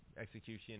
execution